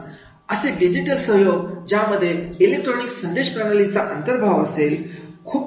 आणि असे डिजिटल सहयोग ज्यामध्ये इलेक्ट्रॉनिक संदेश प्रणाली चा अंतर्भाव असेल